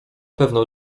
pewno